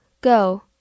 Go